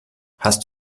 hast